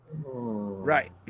Right